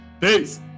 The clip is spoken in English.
Peace